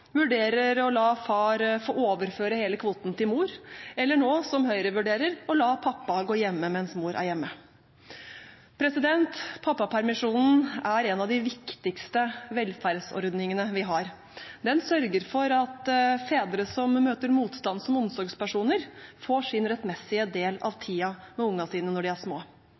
vurderer å la far få overføre hele kvoten til mor, eller som Høyre nå vurderer – å la pappa gå hjemme mens mor er hjemme. Pappapermisjonen er en av de viktigste velferdsordningene vi har. Den sørger for at fedre som møter motstand som omsorgspersoner, får sin rettmessige del av tiden med ungene sine når de er små.